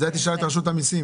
את זה תשאל את רשות המיסים,